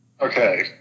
Okay